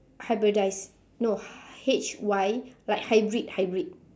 hybridise no H Y like hybrid hybrid